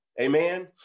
amen